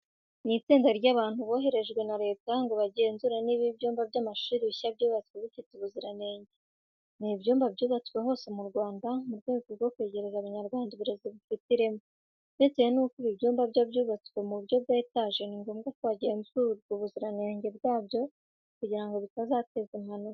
Ni itsinda ry'abantu boherejwe na leta ngo bagenzure niba ibyumba by'amashuri bishya byubatswe bifite ubuziranenge. Ni ibyumba byubatswe hose mu Rwanda mu rwego rwo kwegereza Abanyarwanda uburezi bufite ireme. Bitewe nuko ibi byumba byo byubatswe mu buryo bwa etaje, ni ngombwa ko hagenzurwa ubuziranenge bwabyo kugira ngo bitazateza impanuka.